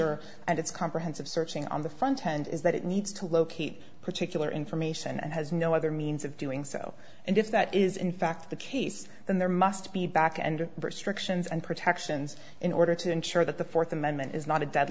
its comprehensive searching on the front end is that it needs to locate particular information and has no other means of doing so and if that is in fact the case then there must be back and restrictions and protections in order to ensure that the fourth amendment is not a dead